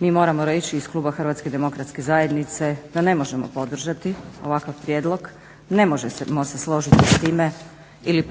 mi moramo reći iz kluba HDZ-a da ne možemo podržati ovakav prijedlog, ne možemo se složiti s time ili